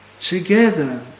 together